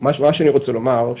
מה שאני רוצה לומר הוא,